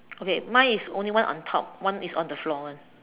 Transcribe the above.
okay mine is only one on top one is on the floor [one]